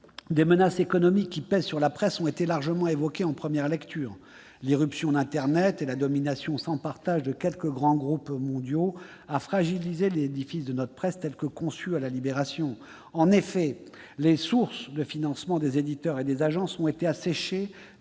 des menaces économiques qui pèsent sur la presse ont été largement évoquées en première lecture. L'irruption d'internet et la domination sans partage de quelques grands groupes mondiaux ont fragilisé l'édifice de notre presse, tel qu'il avait été conçu à la Libération. En effet, les sources de financement des éditeurs et des agences ont été asséchées